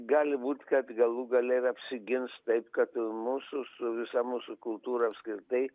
gali būti kad galų gale ir apsigins taip kad mūsų su visa mūsų kultūra apskritai